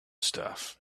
stuff